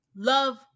Love